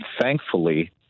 thankfully